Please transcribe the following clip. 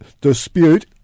dispute